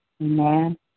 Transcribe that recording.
Amen